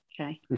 okay